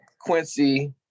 Quincy